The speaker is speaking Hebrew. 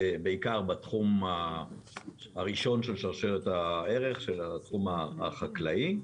בעיקר בתחום הראשון של שרשרת הערך של הסכום החקלאי,